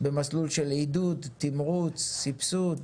במסלול של עידוד, תמרוץ, סבסוד,